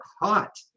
hot